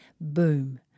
boom